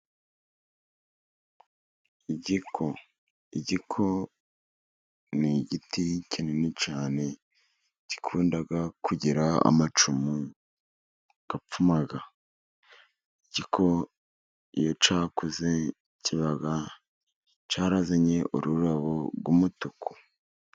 Igiko, igiko ni igiti kinini cyane gikunda kugira amacumu apfuma. Igiko iyo cyakuze kiba cyarazanye ururabo rw'umutuku.